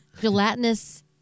gelatinous